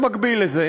במקביל לזה,